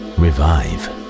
revive